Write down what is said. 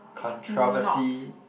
controversy